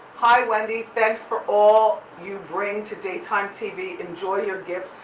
hi wendy, thanks for all you bring to daytime tv. enjoy your gift,